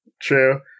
true